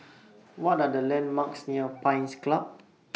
What Are The landmarks near Pines Club